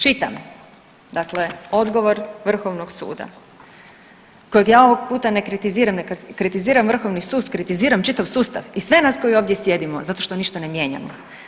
Čitam, dakle odgovor vrhovnog suda kojeg ja ovog puta ne kritiziram, ne kritiziram vrhovni sud, kritiziram čitav sustav i sve nas koji ovdje sjedimo zašto što ništa ne mijenjamo.